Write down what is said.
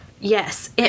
Yes